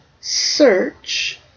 Search